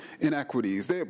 inequities